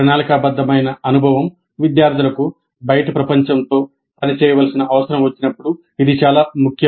ప్రణాళికాబద్ధమైన అనుభవం విద్యార్థులకు బయటి ప్రపంచంతో పనిచేయవలసిన అవసరం వచ్చినప్పుడు ఇది చాలా ముఖ్యం